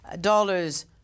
dollars